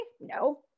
No